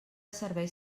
serveis